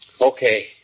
Okay